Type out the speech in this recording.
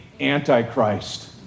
Antichrist